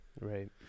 Right